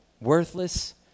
worthless